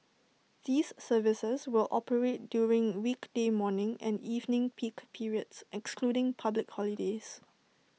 these services will operate during weekday morning and evening peak periods excluding public holidays